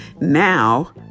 now